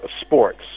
sports